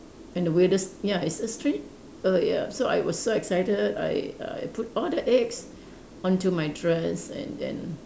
and the weirdest ya it's a strange err ya so I was so excited I I put all the eggs onto my dress and then